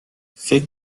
فکر